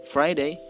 Friday